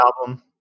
album